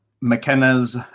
McKenna's